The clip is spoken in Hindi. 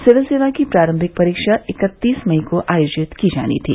सिविल सेवा की प्रारंभिक परीक्षा इकत्तीस मई को आयोजित की जानी थी